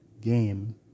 game